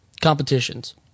competitions